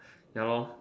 ya lor